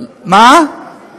מה קרה לדמוקרטיה?